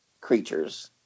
creatures